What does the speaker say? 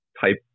type